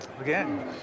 again